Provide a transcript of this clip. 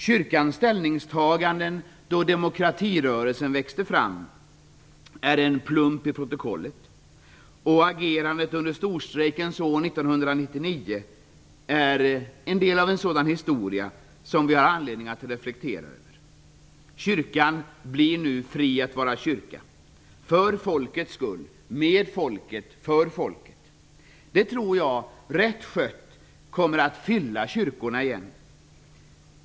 Kyrkans ställningstaganden då demokratirörelsen växte fram är en plump i protokollet. Också agerandet under storstrejkens år 1909 är en del av historien som det finns anledning att reflektera över. Nu blir kyrkan fri att vara kyrka; för folkets skull, med folket, för folket. Jag tror att detta, rätt skött, kommer att leda till att kyrkorna åter fylls.